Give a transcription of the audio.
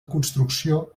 construcció